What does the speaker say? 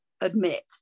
admit